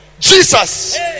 Jesus